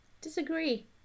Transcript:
Disagree